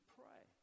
pray